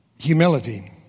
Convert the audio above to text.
Humility